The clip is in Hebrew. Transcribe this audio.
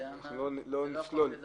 שלט לא חייב להיות